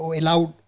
allowed